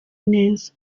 neza